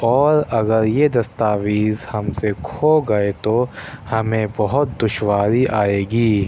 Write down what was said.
اور اگر یہ دستاویز ہم سے کھو گئے تو ہمیں بہت دشواری آئے گی